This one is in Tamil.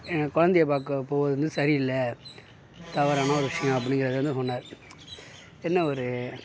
என் கொழந்தைய பார்க்க போவது வந்து சரி இல்லை தவறான ஒரு விஷயம் அப்படிங்கறத வந்து அவர் சொன்னாரு என்ன ஒரு